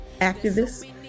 activists